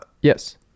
yes